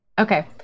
Okay